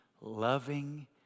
Loving